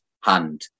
hand